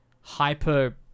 hyper